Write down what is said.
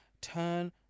turn